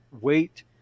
weight